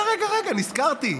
רגע, רגע, רגע, נזכרתי,